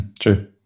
True